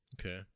okay